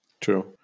True